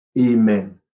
Amen